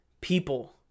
people